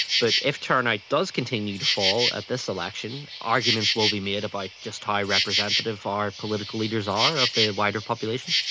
but if turnout does continue to fall at this election, arguments will be made about just how representative our political leaders are of the wider population.